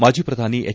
ಮಾಜಿ ಪ್ರಧಾನಿ ಎಚ್